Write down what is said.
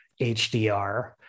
HDR